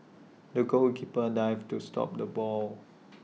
the goal A keeper dived to stop the ball